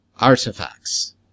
artifacts